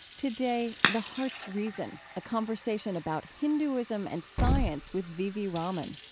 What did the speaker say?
today, the heart's reason, a conversation about hinduism and science with v v. raman.